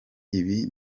ibi